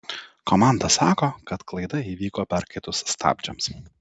komanda sako kad klaida įvyko perkaitus stabdžiams